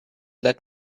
let